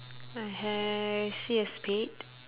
I ha~ see a spade